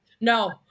No